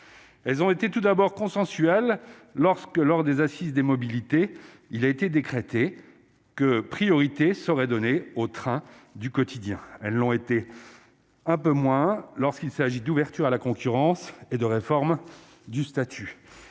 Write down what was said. Elles ont été tout d'abord consensuel lorsque lors des Assises des mobilités, il a été décrété que priorité serait donnée aux trains du quotidien, elles ont été un peu moins lorsqu'il s'agit d'ouverture à la concurrence et de réforme du statut